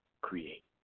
create